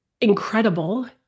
incredible